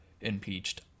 impeached